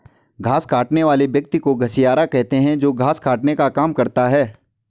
घास काटने वाले व्यक्ति को घसियारा कहते हैं जो घास काटने का काम करता है